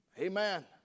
Amen